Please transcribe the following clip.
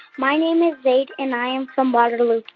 my name is zaid, and i am from waterloo,